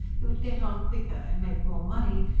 he would get on quicker, and make more money,